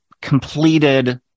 completed